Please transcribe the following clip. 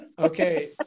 Okay